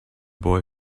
boy